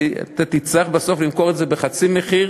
אתה תצטרך בסוף למכור את זה בחצי מחיר,